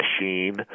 machine